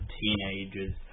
teenagers